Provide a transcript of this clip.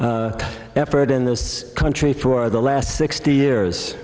e effort in this country for the last sixty years